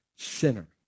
sinner